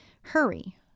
hurry